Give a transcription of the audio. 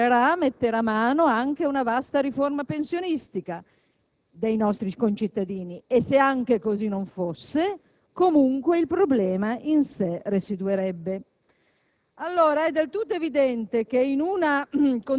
che, presumibilmente, deciderà, delibererà, metterà mano ad una vasta riforma pensionistica dei nostri concittadini, e se anche così non fosse, comunque il problema, in sé, residuerebbe.